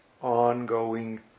ongoing